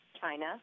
China